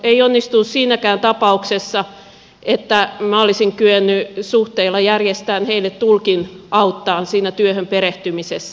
ei onnistunut siinäkään tapauksessa että minä olisin kyennyt suhteilla järjestämään heille tulkin auttamaan siinä työhön perehtymisessä